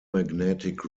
magnetic